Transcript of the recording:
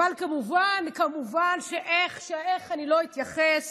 אבל כמובן, כמובן, איך אני לא אתייחס